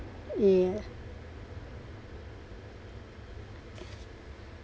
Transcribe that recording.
yeah